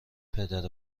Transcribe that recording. پدر